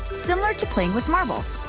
similar to playing with marbles.